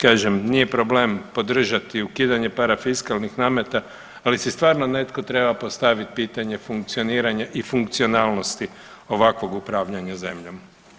Kažem, nije problem podržati ukidanje parafiskalnih nameta ali si stvarno netko treba postaviti pitanje funkcioniranje i funkcionalnosti ovakvog upravljanja zemljom.